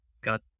got